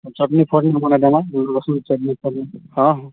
ଚଟଣି ଫଟଣି ବନେଇଦେମାଁ ରସୁଣ ଚଟଣି ଫଟଣି ହଁ ହଁ